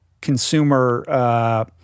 consumer